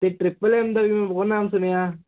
ਤੇ ਟਰਿਪਲੇ